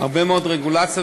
הרבה מאוד רגולציה,